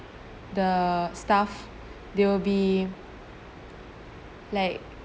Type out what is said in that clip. the staff they will be like